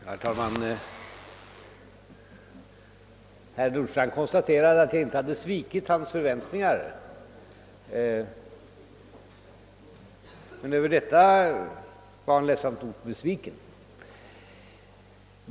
Herr talman! Herr Nordstrandh konstaterade att jag inte hade svikit hans förväntningar, men över detta var han ledsamt nog besviken.